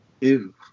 Ew